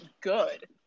good